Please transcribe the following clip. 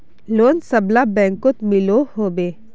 Loan सबला बैंकोत मिलोहो होबे?